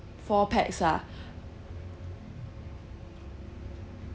four pax ah